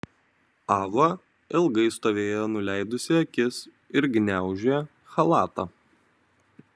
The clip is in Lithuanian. ava ilgai stovėjo nuleidusi akis ir gniaužė chalatą